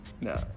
no